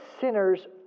sinners